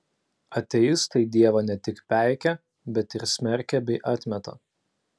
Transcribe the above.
ateistai dievą ne tik peikia bet ir smerkia bei atmeta